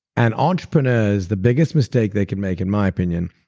and entrepreneurs, the biggest mistake they can make, in my opinion,